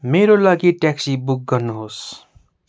मेरो लागि taxi book गर्नुहोस्